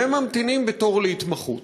והם ממתינים בתור להתמחות.